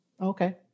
Okay